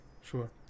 sure